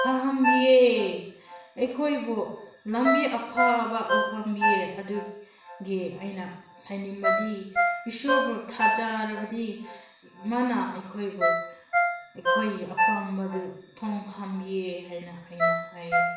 ꯐꯍꯟꯕꯤꯌꯦ ꯑꯩꯈꯣꯏꯕꯨ ꯂꯝꯕꯤ ꯑꯐꯕ ꯎꯍꯟꯕꯤꯌꯦ ꯑꯗꯨꯒꯤ ꯑꯩꯅ ꯍꯥꯏꯅꯤꯡꯕꯗꯤ ꯏꯁꯣꯔꯕꯨ ꯊꯥꯖꯔꯕꯗꯤ ꯃꯥꯅ ꯑꯩꯈꯣꯏꯕꯨ ꯑꯩꯈꯣꯏꯒꯤ ꯑꯄꯥꯝꯕꯗꯨ ꯊꯨꯡꯍꯟꯕꯤꯌꯦ ꯍꯥꯏꯅ ꯑꯩꯅ ꯍꯥꯏꯌꯦ